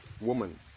woman